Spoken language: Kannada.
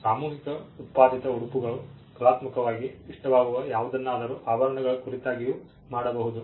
ಸಾಮೂಹಿಕ ಉತ್ಪಾದಿತ ಉಡುಪುಗಳು ಕಲಾತ್ಮಕವಾಗಿ ಇಷ್ಟವಾಗುವ ಯಾವುದನ್ನಾದರೂ ಆಭರಣಗಳ ಕುರಿತಾಗಿಯೂ ಮಾಡಬಹುದು